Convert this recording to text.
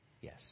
Yes